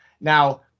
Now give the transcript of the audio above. Now